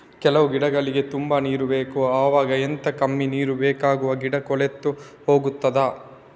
ಕೆಲವು ಗಿಡಗಳಿಗೆ ತುಂಬಾ ನೀರು ಬೇಕು ಅವಾಗ ಎಂತ, ಕಮ್ಮಿ ನೀರು ಬೇಕಾಗುವ ಗಿಡ ಕೊಳೆತು ಹೋಗುತ್ತದಾ?